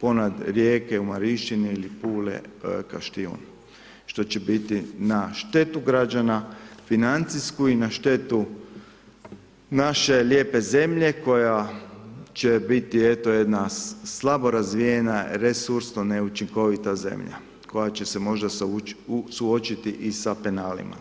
ponad Rijeke u Marišćini ili Pule Kaštijun, što će biti na štetu građana financijsku i na štetu naše lijepe zemlje koja će biti eto jedan slabo razvijena resursno ne učinkovita zemlja koja će se možda suočiti i sa penalima.